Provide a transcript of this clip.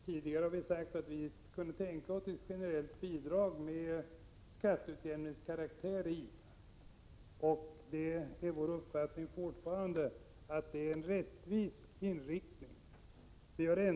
Vi har i centerpartiet sagt att vi kan tänka oss ett generellt bidrag av skatteutjämningskaraktär, och det är fortfarande vår uppfattning att det är en rättvis inriktning.